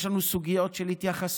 יש לנו סוגיות של התייחסות.